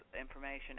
information